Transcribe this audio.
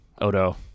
Odo